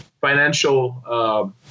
financial